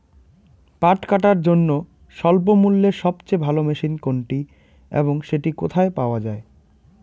পাট কাটার জন্য স্বল্পমূল্যে সবচেয়ে ভালো মেশিন কোনটি এবং সেটি কোথায় পাওয়া য়ায়?